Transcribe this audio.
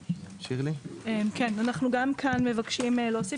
גם כאן אנחנו מבקשים להוסיף,